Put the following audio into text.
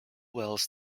wells